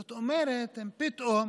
זאת אומרת, הם פתאום